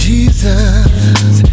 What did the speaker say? Jesus